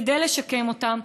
כדי לשקם אותם.